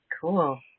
cool